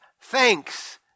thanks